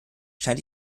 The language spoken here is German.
scheint